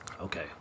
Okay